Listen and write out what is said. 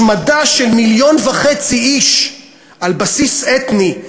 השמדה של מיליון וחצי איש על בסיס אתני,